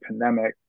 pandemic